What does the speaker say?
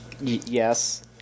yes